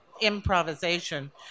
improvisation